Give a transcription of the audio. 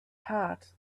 heart